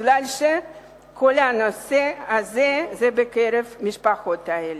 מפני שכל הנושא הזה הוא בקרב המשפחות האלה.